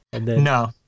no